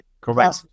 Correct